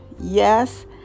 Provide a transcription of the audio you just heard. Yes